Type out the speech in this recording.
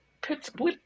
Pittsburgh